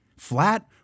Flat